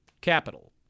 capital